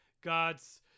Gods